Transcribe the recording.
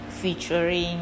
featuring